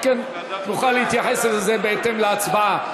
אם כן, נוכל להתייחס לזה בהתאם להצבעה.